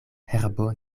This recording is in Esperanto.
herbo